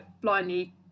blindly